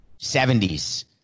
70s